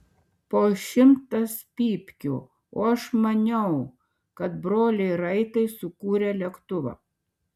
po šimtas pypkių o aš maniau kad broliai raitai sukūrė lėktuvą